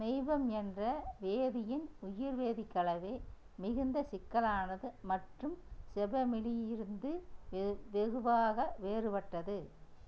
மெய்பம் என்ற வேதியின் உயிர்வேதி கலவை மிகுந்த சிக்கலானது மற்றும் செபமிலி இருந்து வெ வெகுவாக வேறுபட்டது